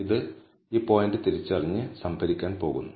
ഇത് ഈ പോയിന്റ് തിരിച്ചറിഞ്ഞ് സംഭരിക്കാൻ പോകുന്നു